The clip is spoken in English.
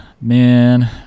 man